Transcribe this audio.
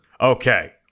Okay